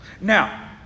Now